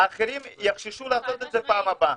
האחרים יחששו לעשות את זה בפעם הבאה.